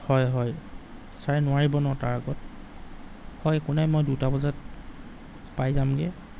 হয় হয় ছাৰে নোৱাৰিব ন তাৰ আগত হয় একো নাই মই দুটা বজাত পাই যামগৈ